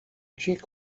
check